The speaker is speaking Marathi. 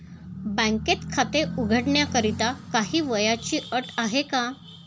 बँकेत खाते उघडण्याकरिता काही वयाची अट आहे का?